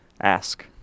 ask